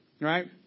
Right